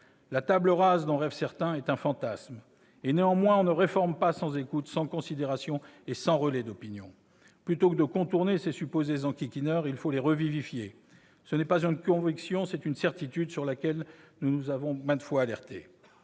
La table rase dont rêvent certains est un fantasme. Néanmoins, on ne réforme pas sans écoute, sans considération et sans relais d'opinion. Plutôt que de contourner ces supposés enquiquineurs, il faut les revivifier. Ce n'est pas une conviction ; c'est une certitude sur laquelle nous vous avons maintes fois alerté.